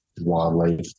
Wildlife